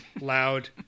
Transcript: loud